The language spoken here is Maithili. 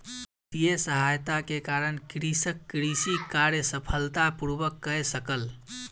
वित्तीय सहायता के कारण कृषक कृषि कार्य सफलता पूर्वक कय सकल